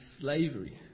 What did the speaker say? slavery